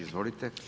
Izvolite.